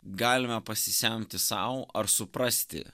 galime pasisemti sau ar suprasti